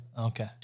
Okay